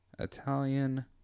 Italian